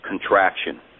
contraction